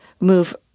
move